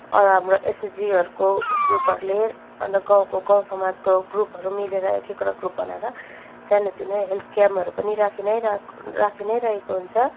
अब हाम्रो एसएचजीहरूको ग्रुपहरूले अन्त गाउँको गाउँसमाजको ग्रुपहरू मिलेर एक एकवटा ग्रुप बनाएर सानोतिनो हेल्थ क्याम्पहरू पनि राखिनै राखेको राखिनै रहेको हुन्छ